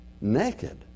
naked